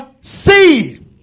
seed